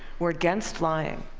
we're against lying,